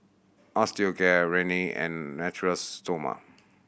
Osteocare Rene and Natura Stoma